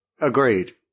Agreed